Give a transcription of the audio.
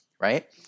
right